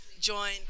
Join